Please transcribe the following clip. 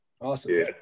Awesome